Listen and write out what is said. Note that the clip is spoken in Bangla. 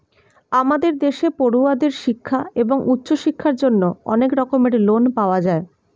আমাদের দেশে পড়ুয়াদের শিক্ষা এবং উচ্চশিক্ষার জন্য অনেক রকমের লোন পাওয়া যায়